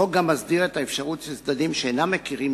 החוק גם מסדיר את האפשרות של צדדים שאינם מכירים